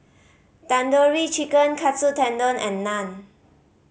Tandoori Chicken Katsu Tendon and Naan